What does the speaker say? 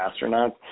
astronauts